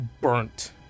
burnt